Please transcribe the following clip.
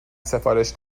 سفارش